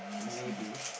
maybe